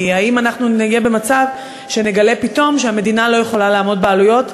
כי אם אנחנו נהיה במצב שנגלה פתאום שהמדינה לא יכולה לעמוד בעלויות,